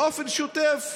באופן שוטף,